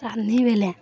ରାନ୍ଧବି ବେଲେ